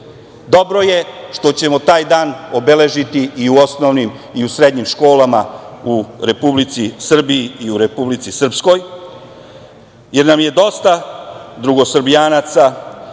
je što ćemo taj dan obeležiti i u osnovnim i u srednjim školama u Republici Srbiji i u Republici Srpskoj, jer nam je dosta drugosrbijanaca